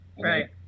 Right